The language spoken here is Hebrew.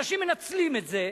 אנשים מנצלים את זה,